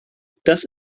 dass